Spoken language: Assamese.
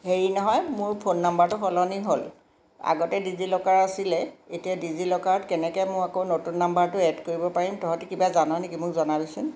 হেৰি নহয় মোৰ ফোন নাম্বাৰটো সলনি হ'ল আগতে ডিজি লকাৰ আছিলে এতিয়া ডিজি লকাৰত কেনেকৈ মোৰ আকৌ নতুন নাম্বাৰটো এড কৰিব পাৰিম তহঁতি কিবা জান নেকি মোক জনাবিচোন